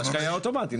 אוטומטית.